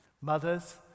Mothers